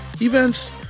events